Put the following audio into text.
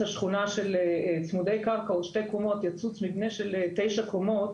שכונה של צמודי קרקע או שתי קומות יצוץ מבנה של תשע קומות,